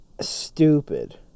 stupid